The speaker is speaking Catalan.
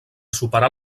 superar